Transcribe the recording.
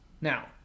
now